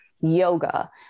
yoga